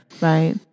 Right